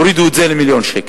הורידו את זה למיליון שקלים,